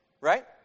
right